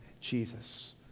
Jesus